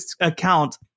account